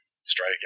strike